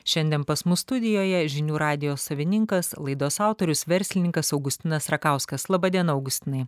šiandien pas mus studijoje žinių radijo savininkas laidos autorius verslininkas augustinas rakauskas laba diena augustinai